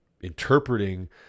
interpreting